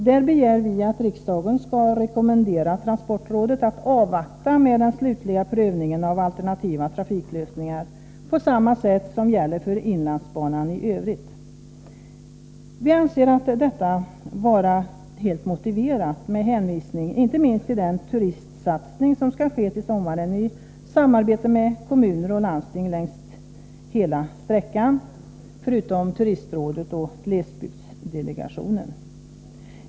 Vi begär att riksdagen skall rekommendera transportrådet att avvakta med den slutliga prövningen av alternativa trafiklösningar på samma sätt som gäller med inlandsbanan i övrigt. Vi anser detta vara helt motiverat med hänvisning inte minst till den turistsatsning som skall ske i sommar i samarbete med kommuner och landsting längs hela sträckan samt med turistrådet och glesbygdsdelegationen.